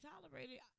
tolerated